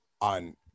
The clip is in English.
on